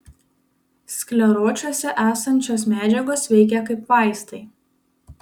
skleročiuose esančios medžiagos veikia kaip vaistai